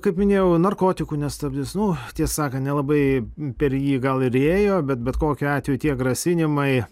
kaip minėjau narkotikų nestabdys nu tiesą sakant nelabai per jį gal ir ėjo bet bet kokiu atveju tie grasinimai